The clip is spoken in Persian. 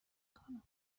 کنم